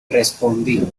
respondí